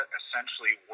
essentially